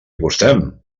acostem